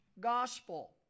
gospel